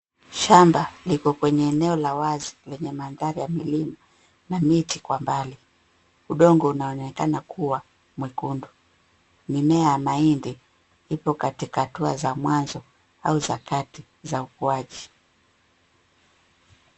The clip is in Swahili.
Shamba liko kwenye eneo la wazi lenye mandhari ya milima na miti kwa mbali. Udongo unaonekana kuwa mwekundu. Mimea ya mahindi ipo katika hatua za mwanzo au za kati za ukuaji.